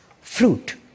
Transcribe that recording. fruit